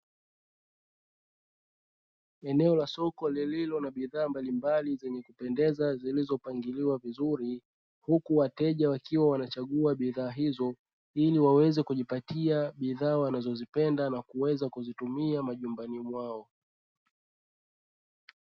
Eneo la soko lililo na bidhaa mbalimbali zenye kupendeza zilizopangiliwa vizuri huku wateja wakiwa wanachagua bidhaa hizo ili waweze kujipatia bidhaa wanazozipenda na kuweza kuzitumia majumbani mwao.